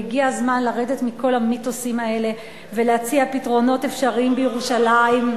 והגיע הזמן לרדת מכל המיתוסים האלה ולהציע פתרונות אפשריים בירושלים.